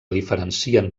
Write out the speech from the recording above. diferencien